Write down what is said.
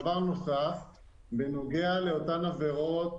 בנוגע לאותן עבירות